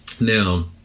Now